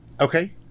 Okay